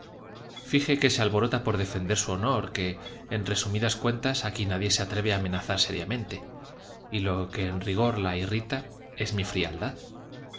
finge que se alborota por defender su honor que en resumidas cuentas aquí nadie se atreve a amenazar seriamente y lo que en rigor la irrita es mi frialdad